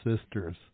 sisters